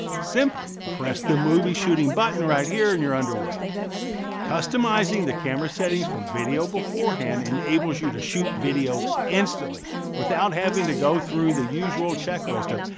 simply press the movie shooting button right here and you're underway customizing the camera settings for video beforehand enables you to shoot video instantly without having to go through the usual checklist of,